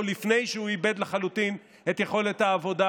לפני שהוא איבד לחלוטין את יכולת העבודה,